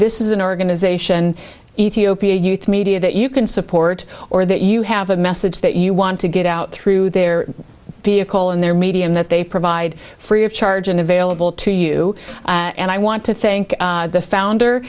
this is an organization ethiopia youth media that you can support or that you have a message that you want to get out through their vehicle and their media and that they provide free of charge and available to you and i want to thank the founder